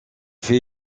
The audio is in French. fait